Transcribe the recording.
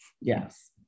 Yes